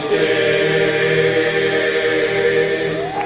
a